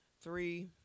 Three